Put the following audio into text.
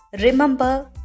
Remember